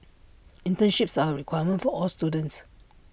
internships are A requirement for all students